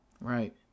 Right